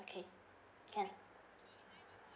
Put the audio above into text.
okay can